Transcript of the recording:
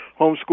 homeschool